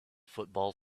football